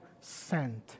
sent